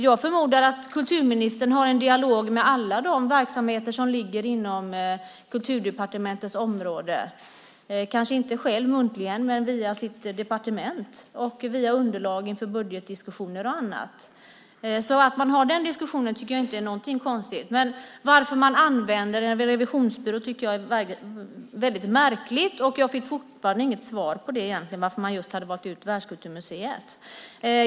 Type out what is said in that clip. Jag förmodar att kulturministern har en dialog med alla de verksamheter som ligger inom Kulturdepartementets område - kanske inte själv muntligen men via sitt departement och via underlag inför budgetdiskussioner och annat. Jag tycker inte alls att det är konstigt att man har den diskussionen. Men jag tycker att det är märkligt att man använder en revisionsbyrå. Jag fick inte heller nu något egentligt svar på varför man hade valt ut just Världskulturmuseet.